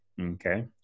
Okay